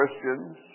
Christians